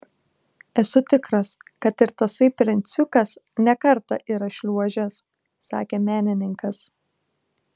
esu tikras kad ir tasai princiukas ne kartą yra šliuožęs sakė menininkas